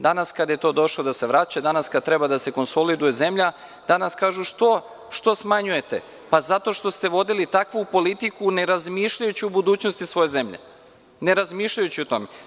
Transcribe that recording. Danas kada je to došlo da se vraća, danas kada treba da se konsoliduje zemlja, danas kažu – što smanjujete, pa zato što ste vodili takvu politiku nerazmišljajući o budućnosti svoje zemlje, nerazmišljajući o tome.